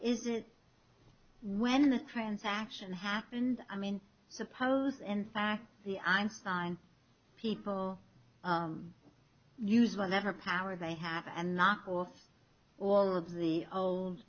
isn't when the transaction happened i mean suppose in fact the einstein people use whatever power they have and knock off all of the old